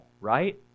right